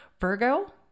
Virgo